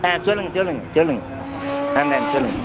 ஆ சொல்லுங்கள் சொல்லுங்கள் சொல்லுங்கள் நான் தாங்க சொல்லுங்கள்